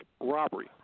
robbery